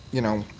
you know,